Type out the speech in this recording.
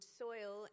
soil